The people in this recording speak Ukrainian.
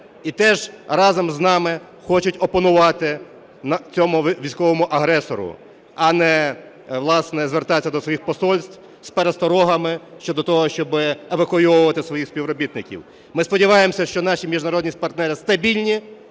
і теж разом з нами хочуть опанувати цьому військовому агресору, а не, власне, звертатися до своїх посольств з пересторогами щодо того, щоби евакуйовувати своїх співробітників. Ми сподіваємося, що наші міжнародні партнери стабільні